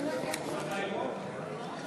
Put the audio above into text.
מיכאלי, הצעת